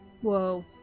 Whoa